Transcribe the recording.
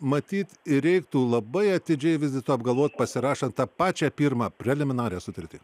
matyt reiktų labai atidžiai vis dėlto apgalvot pasirašant tą pačią pirmą preliminarią sutartį